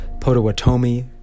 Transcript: Potawatomi